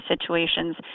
situations